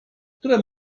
które